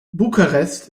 bukarest